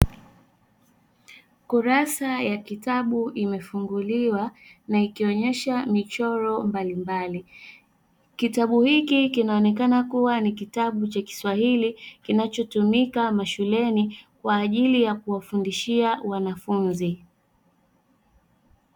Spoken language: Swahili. Kurasa ya kitabu imefunguliwa na ikionesha michoro mbalimbali, kitabu hiki kinaonekana kuwa kitabu cha kiswahili kinachotumika mashuleni kwa ajili ya kuwafundishia wanafunzi.